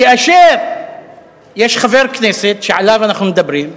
כאשר יש חבר כנסת שעליו אנחנו מדברים,